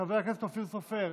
חבר הכנסת אופיר סופר,